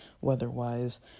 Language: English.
weather-wise